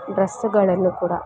ಡ್ರಸ್ಸುಗಳನ್ನೂ ಕೂಡ